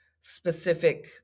specific